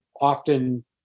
often